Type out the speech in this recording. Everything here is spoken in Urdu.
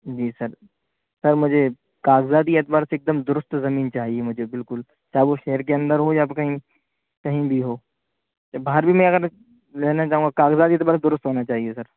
جی سر سر مجھے کاغذاتی اعتبار سے ایک دم درست زمین چاہیے مجھے بالکل چاہے وہ شہر کے اندر ہو یا پھر کہیں کہیں بھی ہو باہر میں اگر لینا چاہوں کاغذاتی اعتبار سے درست ہونا چاہیے سر